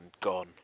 gone